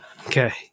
Okay